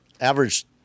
average